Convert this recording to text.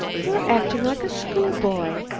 you're acting like a schoolboy.